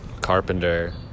carpenter